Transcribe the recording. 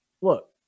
look